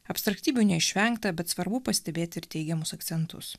abstraktybių neišvengta bet svarbu pastebėti ir teigiamus akcentus